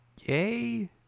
Yay